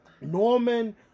Norman